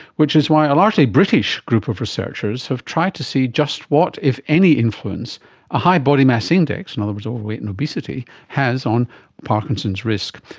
which is why a largely british group of researchers have tried to see just what if any influence a high body mass index, in and other words overweight and obesity, has on parkinson's risk,